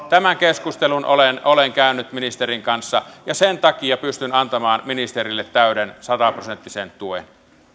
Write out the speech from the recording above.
tämän keskustelun olen olen käynyt ministerin kanssa ja sen takia pystyn antamaan ministerille täyden sataprosenttisen tuen